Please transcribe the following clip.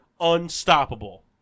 unstoppable